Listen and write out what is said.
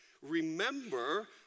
Remember